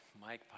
Mike